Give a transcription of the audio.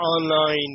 online